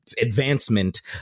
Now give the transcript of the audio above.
advancement